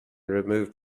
removed